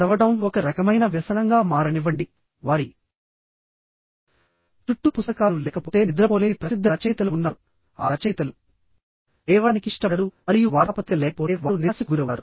చదవడం ఒక రకమైన వ్యసనంగా మారనివ్వండి వారి చుట్టూ పుస్తకాలు లేకపోతే నిద్రపోలేని ప్రసిద్ధ రచయితలు ఉన్నారు ఆ రచయితలు లేవడానికి ఇష్టపడరు మరియు వార్తాపత్రిక లేకపోతే వారు నిరాశకు గురవుతారు